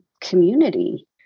community